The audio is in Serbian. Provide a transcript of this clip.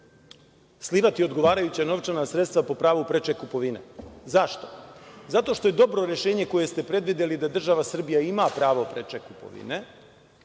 slivati odgovarajuća novčana sredstva po pravu preče kupovine. Zašto? Zato što je dobro rešenje koje ste predvideli da država Srbije ima pravo preče kupovine